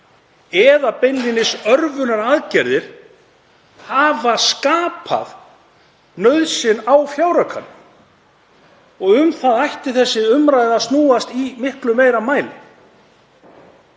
eða beinlínis örvunaraðgerðir hafa skapað nauðsyn á fjáraukanum. Og um það ætti þessi umræða snúast í miklu meira mæli.